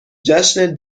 جشن